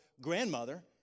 grandmother